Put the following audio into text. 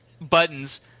buttons